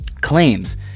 claims